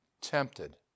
tempted